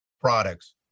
products